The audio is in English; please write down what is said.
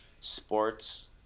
sports